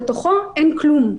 בפנים אין כלום.